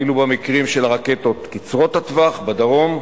אפילו במקרים של הרקטות קצרות הטווח בדרום,